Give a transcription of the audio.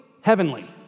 heavenly